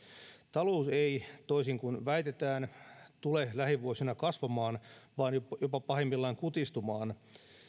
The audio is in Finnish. talous ei toisin kuin väitetään tule lähivuosina kasvamaan vaan jopa pahimmillaan kutistumaan